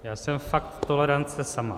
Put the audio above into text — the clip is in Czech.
Já jsem fakt tolerance sama.